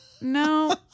no